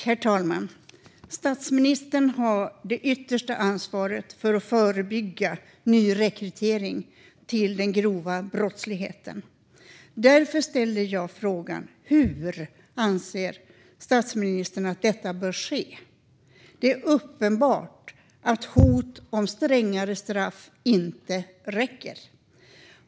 Herr talman! Statsministern har det yttersta ansvaret för att förebygga nyrekrytering till den grova brottsligheten. Därför ställer jag frågan: Hur anser statsministern att detta bör ske? Det är uppenbart att hot om strängare straff inte räcker.